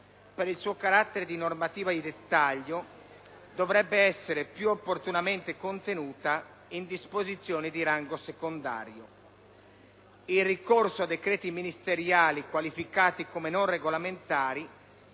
«per il suo carattere di normativa di dettaglio, dovrebbe essere più opportunamente contenuta in disposizioni di rango secondario». Il ricorso a decreti ministeriali qualificati come non regolamentari